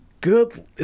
good